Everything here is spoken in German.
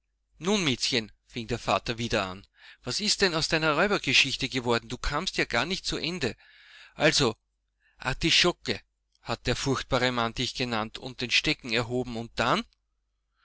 nun miezchen fing der vater wieder an was ist denn aus deiner räubergeschichte geworden du kamst ja gar nicht zu ende also artischocke hat der furchtbare mann dich genannt und den stecken erhoben und dann